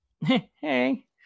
hey